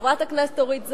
וחברת הכנסת אורית זוארץ,